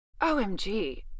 OMG